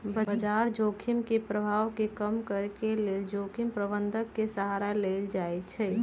बजार जोखिम के प्रभाव के कम करेके लेल जोखिम प्रबंधन के सहारा लेल जाइ छइ